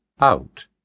out